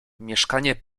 mieszkanie